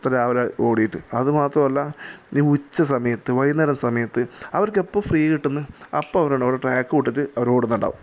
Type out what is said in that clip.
അത്ര രാവിലെ ഓടീട്ട് അത് മാത്രമല്ല ഇനി ഉച്ച സമയത്ത് വൈകുന്നേരം സമയത്ത് അവർക്ക് എപ്പോൾ ഫ്രീ കിട്ടുന്നു അപ്പോൾ അവർ ട്രാക്കും ഇട്ടിട്ട് ഓടുന്നുണ്ടാവും